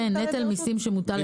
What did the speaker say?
כן, נטל מיסים שמוטל על ידי הרשות.